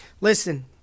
listen